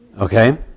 Okay